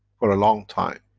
for a long time.